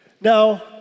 Now